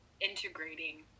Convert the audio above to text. integrating